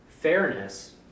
Fairness